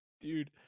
Dude